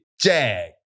Jag